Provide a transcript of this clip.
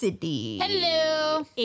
Hello